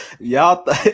Y'all